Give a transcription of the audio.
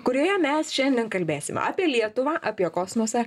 kurioje mes šiandien kalbėsim apie lietuvą apie kosmosą